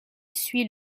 suit